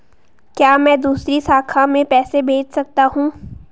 क्या मैं दूसरी शाखा में पैसे भेज सकता हूँ?